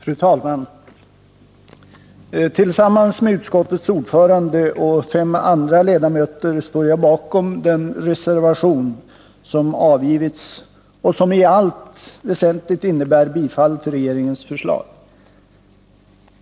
Fru talman! Tillsammans med utskottets ordförande och fem andra ledamöter står jag bakom den reservation som avgivits till skatteutskottets betänkande 23 och som i allt väsentligt innebär bifall till regeringens förslag.